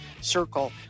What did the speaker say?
circle